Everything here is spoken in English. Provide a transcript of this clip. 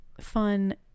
fun